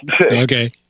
Okay